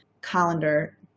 colander